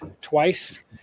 twice